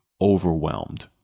overwhelmed